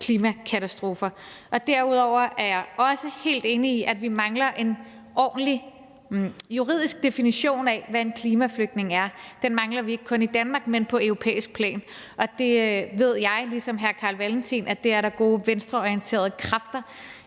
Derudover er jeg også helt enig i, at vi mangler en ordentlig juridisk definition af, hvad en klimaflygtning er. Den mangler vi ikke kun i Danmark, men også på europæisk plan, og det ved jeg ligesom hr. Carl Valentin at der er gode venstreorienterede kræfter